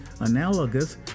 analogous